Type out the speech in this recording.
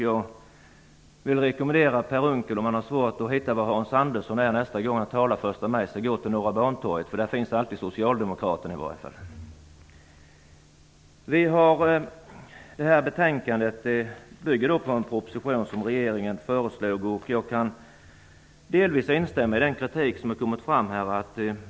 Jag vill rekommendera Per Unckel, om han har svårt att hitta var Hans Andersson talar nästa första maj, att gå till Norra Bantorget. Där finns det i varje fall alltid socialdemokrater. Betänkandet bygger på en proposition från regeringen och jag kan delvis instämma i den kritik som har kommit fram.